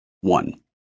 One